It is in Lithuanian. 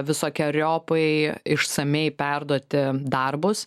visokeriopai išsamiai perduoti darbus